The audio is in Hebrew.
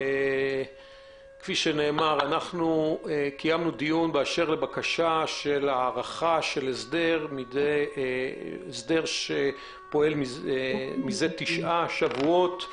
אנחנו קיימנו דיון באשר לבקשת הארכת ההסדר שפועל מזה תשעה שבועות.